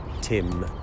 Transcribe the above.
tim